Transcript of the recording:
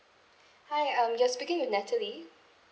hi um you're speaking with natalie